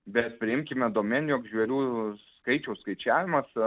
bet priimkime domėn jog žvėrių skaičiaus skaičiavimas